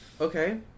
Okay